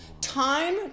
time